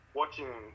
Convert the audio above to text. watching